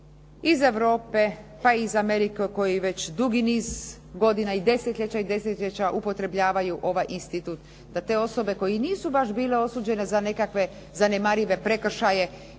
iz Europe, pa i iz Amerike od kojih već dugi niz godina i desetljeća i desetljeća upotrebljavaju ovaj institut, da te osobe koje i nisu baš bile osuđene za nekakve zanemarive prekršaje,